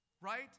Right